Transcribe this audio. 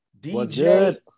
DJ